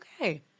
okay